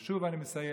ושוב, אני מסיים,